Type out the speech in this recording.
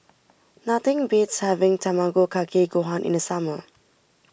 nothing beats having Tamago Kake Gohan in the summer